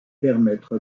permettre